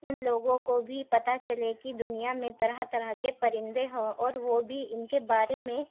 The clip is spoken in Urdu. ان لوگوں کو بھی پتہ چلے کہ دنیا میں طرح طرح کے پرندے ہوں اور وہ بھی ان کے بارے میں